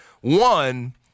One